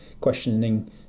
Questioning